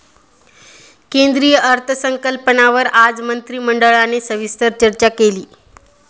केंद्रीय अर्थसंकल्पावर आज मंत्रिमंडळाने सविस्तर चर्चा केली